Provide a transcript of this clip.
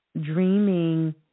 dreaming